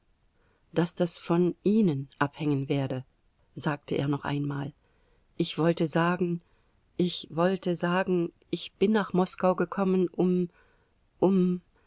daß das von ihnen abhängen werde sagte er noch einmal ich wollte sagen ich wollte sagen ich bin nach moskau gekommen um um